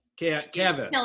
Kevin